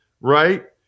right